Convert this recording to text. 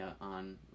on